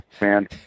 man